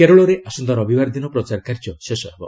କେରଳରେ ଆସନ୍ତା ରବିବାର ଦିନ ପ୍ରଚାର କାର୍ଯ୍ୟ ଶେଷହେବ